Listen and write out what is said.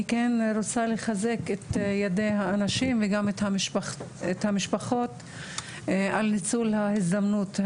כן רוצה לחזק את ידי האנשים וגם את המשפחות על ניצול ההזדמנות הזו.